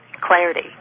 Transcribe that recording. clarity